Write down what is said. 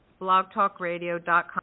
blogtalkradio.com